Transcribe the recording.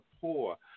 poor